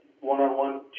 one-on-one